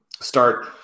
start